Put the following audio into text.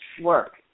work